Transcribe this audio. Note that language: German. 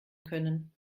können